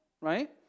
Right